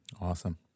Awesome